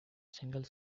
single